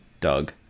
Doug